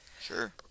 Sure